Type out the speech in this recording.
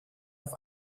auf